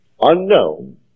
unknown